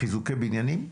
חיזוקי בניינים?